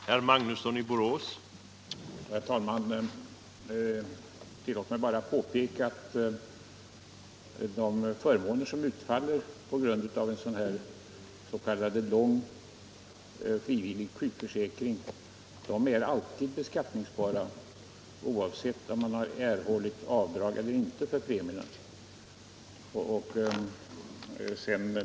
Herr talman! Tillåt mig bara påpeka att de förmåner som utfaller på grund av en s.k. lång frivillig sjukförsäkring alltid är beskattningsbara, oavsett om man har erhållit avdrag eller inte för premierna.